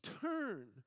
turn